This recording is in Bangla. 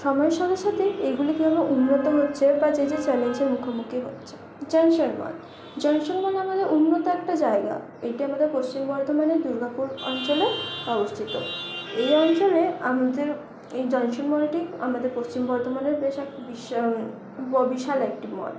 সময়ের সাথে সাথে এগুলিকে উন্নত হচ্ছে বা যে যে চ্যালেঞ্জের মুখোমুখি হচ্ছে জংশন মল জংশন মল আমাদের উন্নত একটা জায়গা এটা আমাদের পশ্চিম বর্ধমানের দুর্গাপুর অঞ্চলে অবস্থিত এই অঞ্চলে আমাদের এই জংশন মলটি আমাদের পশ্চিম বর্ধমানের বেশ এক বিশাল একটি মল